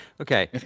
Okay